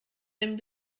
dem